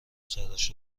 سرش